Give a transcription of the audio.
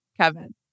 Kevin